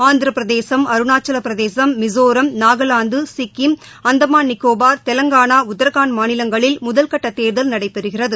ஆந்திரபிரதேசம் அருணாச்சலபிரதேஷ் மிசோராம் நாகலாந்து சிக்கிம் அந்தமான் நிகோபார் தெலங்கானா உத்ரகாண்ட் மாநிலங்களில் முதல்கட்டதோ்தல் நடைபெறுகிறது